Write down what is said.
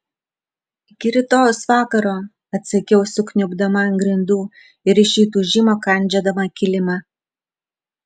iki rytojaus vakaro atsakiau sukniubdama ant grindų ir iš įtūžimo kandžiodama kilimą